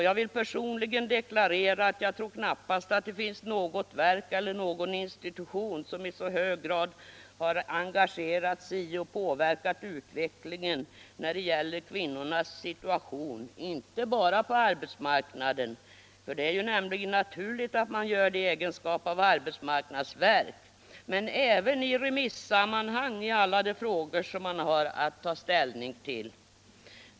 Jag vill personligen deklarera att jag tror knappast att det finns något verk eller någon institution som i så hög grad har engagerat sig i och påverkat utvecklingen när det gäller kvinnornas situation, inte bara på arbetsmarknaden — det är nämligen naturligt att man gör det i egenskap av arbetsmarknadsverk ÅArbetsmarknads politiken politiken — utan även i remissammanhang i alla de frågor man har att ta ställning till.